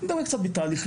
מדבר קצת בתהליכים,